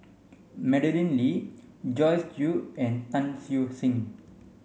Madeleine Lee Joyce Jue and Tan Siew Sin